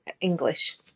English